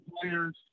players